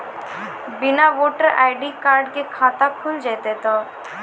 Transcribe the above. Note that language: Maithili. बिना वोटर आई.डी कार्ड के खाता खुल जैते तो?